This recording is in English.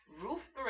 roof